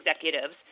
executives